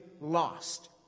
lost